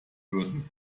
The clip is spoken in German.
würden